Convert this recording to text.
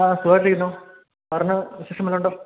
ആ സുഖമായിട്ട് ഇരിക്കുന്നു പറഞ്ഞോ വിശേഷം വല്ലതുമുണ്ടോ